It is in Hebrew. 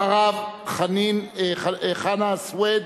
אחריו, חנא סוייד,